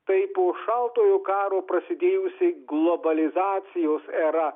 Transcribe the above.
tai po šaltojo karo prasidėjusi globalizacijos era